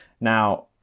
Now